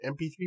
MP3